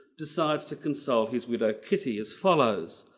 decides to consult his widow kitty as follows